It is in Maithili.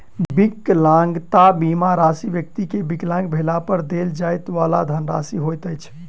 विकलांगता बीमा राशि व्यक्ति के विकलांग भेला पर देल जाइ वाला धनराशि होइत अछि